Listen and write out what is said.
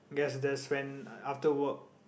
guess that's when after work